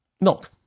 milk